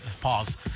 pause